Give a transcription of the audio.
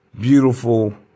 beautiful